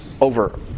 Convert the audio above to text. over